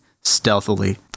stealthily